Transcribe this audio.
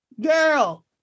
Girl